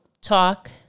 talk